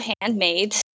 handmade